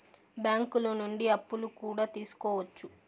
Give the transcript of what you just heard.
బ్యాంకులు నుండి అప్పులు కూడా తీసుకోవచ్చు